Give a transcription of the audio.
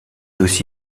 aussi